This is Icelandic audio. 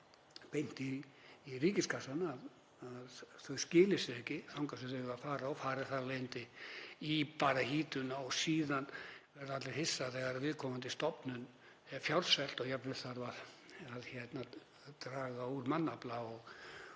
beint í ríkiskassann að þau skili sér ekki þangað sem þau eiga að fara og fari þar af leiðandi bara í hítina. Síðan verða allir hissa þegar viðkomandi stofnun er fjársvelt og jafnvel þarf að draga úr mannafla